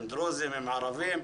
הם דרוזים והם ערבים.